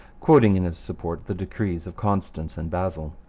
quoting in his support the decrees of constance and basel.